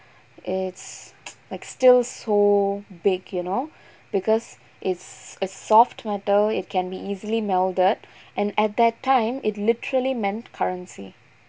it's like still so big you know because it's a soft metal it can be easily melded and at that time it literally meant currency